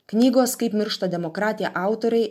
knygos kaip miršta demokratija autoriai